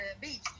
beach